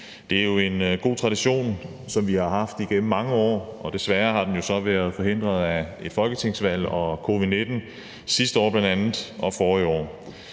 Det er en god tradition, som vi har haft igennem mange år. Desværre har den jo så været forhindret af et folketingsvalg forrige år og covid-19 sidste år. Folketinget synes,